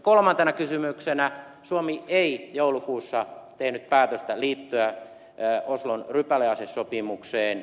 kolmantena kysymyksenä suomi ei joulukuussa tehnyt päätöstä liittyä oslon rypäleasesopimukseen